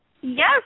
Yes